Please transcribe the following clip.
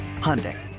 Hyundai